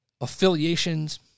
affiliations